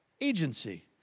Agency